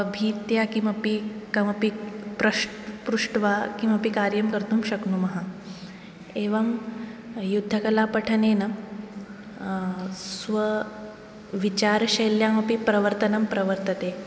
अभीत्या किमपि कमपि पृष्ट्वा किमपि कार्यं कर्तुं शक्नुमः एवं युद्धकलापठनेन स्वविचारशैल्याम् अपि प्रवर्तनं प्रवर्तते